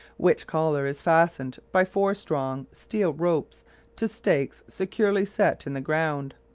which collar is fastened by four strong steel ropes to stakes securely set in the ground.